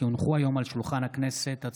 כי הונחו היום על השולחן הכנסת,